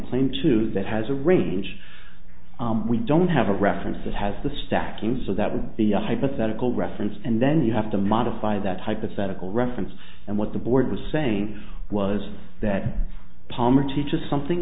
claim to that has a range we don't have a reference that has the stacking so that would be a hypothetical reference and then you have to modify that hypothetical reference and what the board was saying was that palmer teaches something